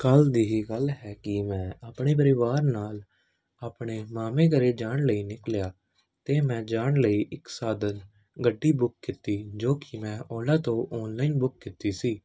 ਕੱਲ੍ਹ ਦੀ ਹੀ ਗੱਲ ਹੈ ਕਿ ਮੈਂ ਆਪਣੇ ਪਰਿਵਾਰ ਨਾਲ ਆਪਣੇ ਮਾਮੇ ਘਰ ਜਾਣ ਲਈ ਨਿਕਲਿਆ ਅਤੇ ਮੈਂ ਜਾਣ ਲਈ ਇੱਕ ਸਾਧਨ ਗੱਡੀ ਬੁੱਕ ਕੀਤੀ ਜੋ ਕਿ ਮੈਂ ਓਲਾ ਤੋਂ ਔਨਲਾਈਨ ਬੁੱਕ ਕੀਤੀ ਸੀ